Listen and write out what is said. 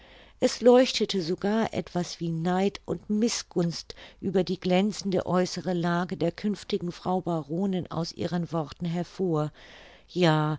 es leuchtete sogar etwas wie neid und mißgunst über die glänzende äußere lage der künftigen frau baronin aus ihren worten hervor ja